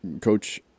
Coach